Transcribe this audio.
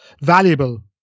valuable